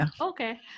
Okay